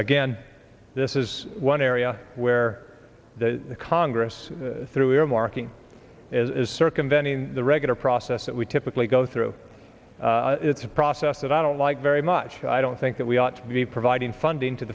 again this is one area where the congress through earmarking is circumventing the regular process that we typically go through it's a process that i don't like very much i don't think that we ought to be providing funding to